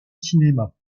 cinéma